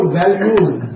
values